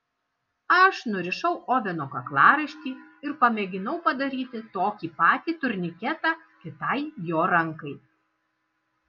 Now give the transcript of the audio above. aš nurišau oveno kaklaraištį ir pamėginau padaryti tokį patį turniketą kitai jo rankai